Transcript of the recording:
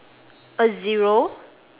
a zero